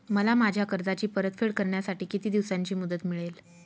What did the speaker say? मला माझ्या कर्जाची परतफेड करण्यासाठी किती दिवसांची मुदत मिळेल?